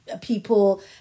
people